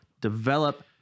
develop